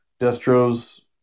Destro's